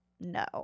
no